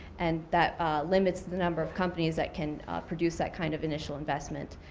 and that limits the number of companies that can produce that kind of initial investment.